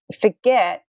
forget